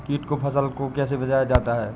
कीट से फसल को कैसे बचाया जाता हैं?